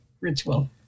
ritual